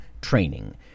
training